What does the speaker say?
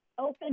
open